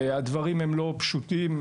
הדברים הם לא פשוטים.